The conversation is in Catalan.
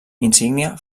insígnia